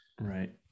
right